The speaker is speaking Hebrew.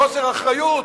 בחוסר אחריות?